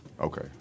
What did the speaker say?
Okay